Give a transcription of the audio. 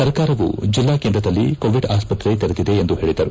ಸರಕಾರವೂ ಜಿಲ್ಲಾ ಕೇಂದ್ರದಲ್ಲಿ ಕೋವಿಡ್ ಆಸ್ನತ್ರೆ ತೆರೆದಿದೆ ಎಂದು ಹೇಳಿದರು